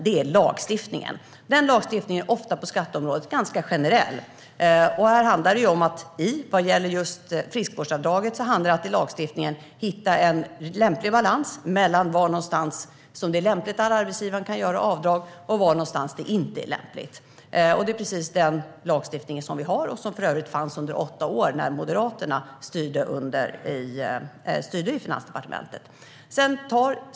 Det är lagstiftningen. På skatteområdet är lagstiftningen ofta ganska generell. Vad gäller just friskvårdsavdraget handlar det om att hitta en lämplig balans i lagstiftningen mellan var det är lämpligt att arbetsgivaren kan göra avdrag och inte. Det är precis den lagstiftningen vi har och som för övrigt fanns under åtta år när Moderaterna styrde på Finansdepartementet.